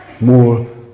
more